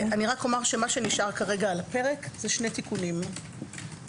מה שנשאר כרגע על הפרק זה שני תיקונים משמעותיים,